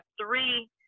three